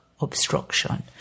obstruction